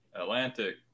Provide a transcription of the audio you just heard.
Atlantic